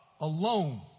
alone